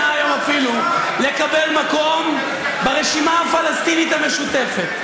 אפילו לקבל מקום ברשימה הפלסטינית המשותפת.